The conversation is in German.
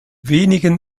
wenigen